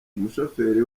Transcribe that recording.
umushoferi